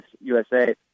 USA